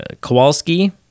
Kowalski